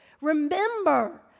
Remember